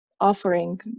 offering